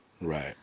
right